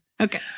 Okay